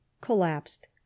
collapsed